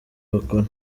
bakora